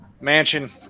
Mansion